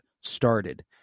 started